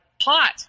hot